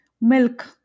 milk